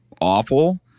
awful